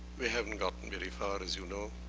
we haven't gotten very far, as you know.